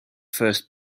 first